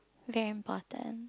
very important